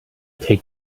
take